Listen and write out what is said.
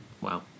Wow